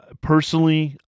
Personally